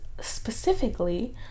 specifically